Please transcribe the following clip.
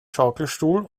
schaukelstuhl